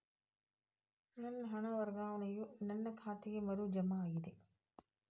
ನನ್ನ ಹಣ ವರ್ಗಾವಣೆಯು ನನ್ನ ಖಾತೆಗೆ ಮರು ಜಮಾ ಆಗಿದೆ